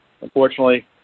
Unfortunately